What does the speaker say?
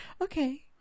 Okay